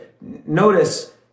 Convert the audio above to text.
Notice